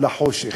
לחושך.